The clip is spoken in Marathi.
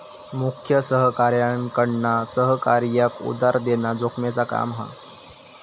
मुख्य सहकार्याकडना सहकार्याक उधार देना जोखमेचा काम हा